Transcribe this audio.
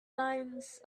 lines